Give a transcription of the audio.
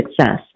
success